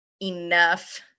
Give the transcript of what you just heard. enough